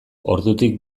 ordutik